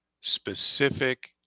specific